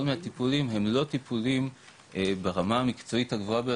מהטיפולים הם לא טיפולים ברמה המקצועית הגבוהה ביותר,